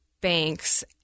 banks